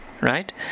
right